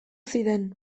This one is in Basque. ziren